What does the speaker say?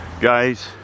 guys